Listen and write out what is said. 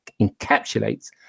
encapsulates